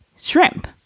Shrimp